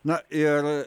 na ir